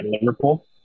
Liverpool